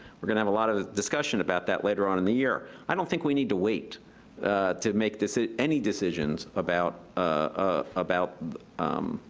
we're gonna have a lot of discussion about that later on in the year i don't think we need to wait to make ah any decisions about, ah, about